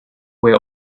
where